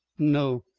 no.